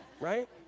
right